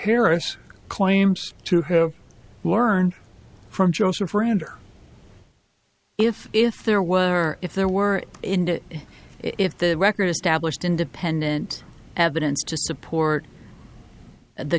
harris claims to have learned from joseph render if if there were if there were indeed if the record established independent evidence to support the